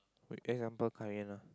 wait example Kai-Yan ah